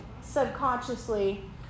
subconsciously